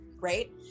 right